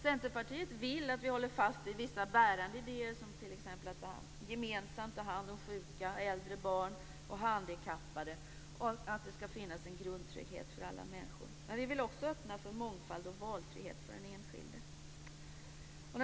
Centerpartiet vill att vi håller fast vid vissa bärande idéer, som t.ex. att gemensamt ta hand om sjuka, äldre, barn och handikappade och att det skall finnas en grundtrygghet för alla människor. Men vi vill också öppna för mångfald och valfrihet för den enskilde.